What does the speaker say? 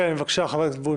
בבקשה, חברת הכנסת וונש.